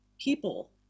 people